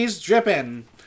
dripping